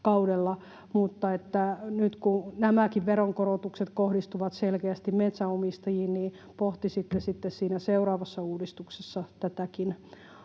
nämäkin veronkorotukset kohdistuvat selkeästi metsänomistajiin, pohtisitte sitten siinä seuraavassa uudistuksessa tätäkin